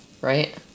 right